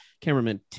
cameraman